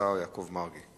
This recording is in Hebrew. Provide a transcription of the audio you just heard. השר יעקב מרגי.